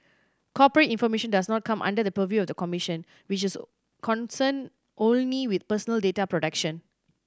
corporate information does not come under the purview of the commission which is concerned only with personal data protection